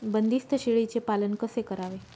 बंदिस्त शेळीचे पालन कसे करावे?